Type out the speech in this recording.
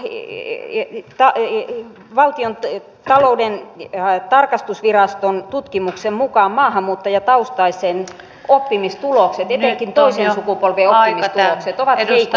ie yö ja se että valtiontalouden tarkastusviraston tutkimuksen mukaan maahanmuuttajataustaisten oppimistulokset etenkin toisen sukupolven oppimistulokset ovat heikommat kuin suomalaisten